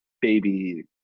baby